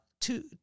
two